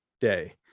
day